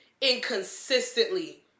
inconsistently